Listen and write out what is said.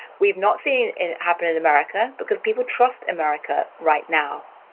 we've not seen it happen in america because people trust america right now,